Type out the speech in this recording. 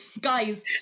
guys